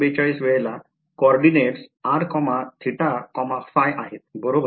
४२ वेळेला कोऑर्डिनेट्स आहेत बरोबर